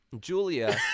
Julia